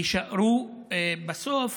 יישארו בסוף